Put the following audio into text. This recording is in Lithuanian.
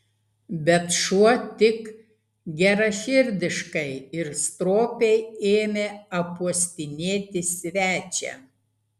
bet šuo tik geraširdiškai ir stropiai ėmė apuostinėti svečią